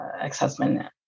ex-husband